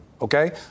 okay